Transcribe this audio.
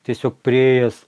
tiesiog priėjęs